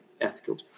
ethical